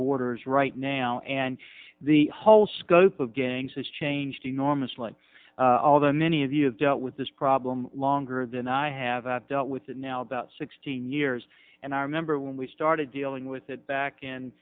borders right now and the whole scope of gangs has changed enormously although many of you have dealt with this problem longer than i have dealt with it now about sixteen years and i remember when we started dealing with it back in